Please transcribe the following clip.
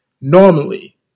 normally